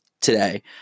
today